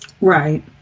Right